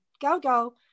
Go-Go